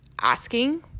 asking